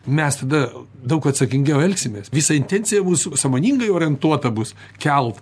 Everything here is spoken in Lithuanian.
mes tada daug atsakingiau elgsimės visa intencija bus sąmoningai orientuota bus kelt